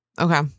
Okay